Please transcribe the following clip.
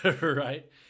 Right